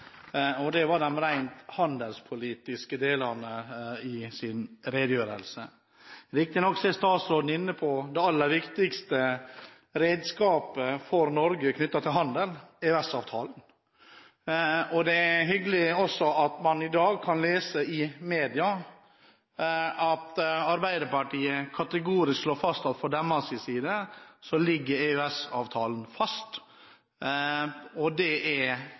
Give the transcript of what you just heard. og det var den rent handelspolitiske delen. Riktignok er statsråden inne på det aller viktigste redskapet for Norge knyttet til handel – EØS-avtalen. Det er hyggelig at man i dag kan lese i media at Arbeiderpartiet kategorisk slår fast at fra deres side ligger EØS-avtalen fast, og det er